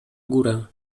górę